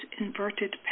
inverted